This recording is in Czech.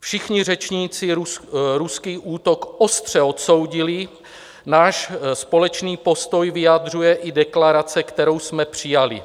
Všichni řečníci ruský útok ostře odsoudili, náš společný postoj vyjadřuje i deklarace, kterou jsme přijali.